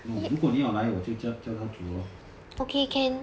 如果你要来我就叫叫她煮 lor